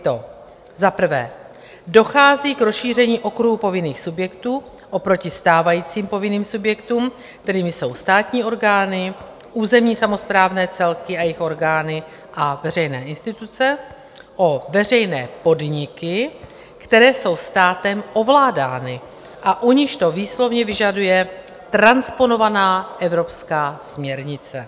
Za prvé dochází k rozšíření okruhu povinných subjektů oproti stávajícím povinným subjektům, kterými jsou státní orgány, územní samosprávné celky a jejich orgány a veřejné instituce, veřejné podniky, které jsou státem ovládány a u nichž to výslovně vyžaduje transponovaná evropská směrnice.